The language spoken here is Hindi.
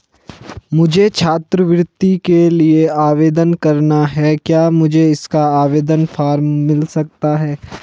मुझे छात्रवृत्ति के लिए आवेदन करना है क्या मुझे इसका आवेदन फॉर्म मिल सकता है?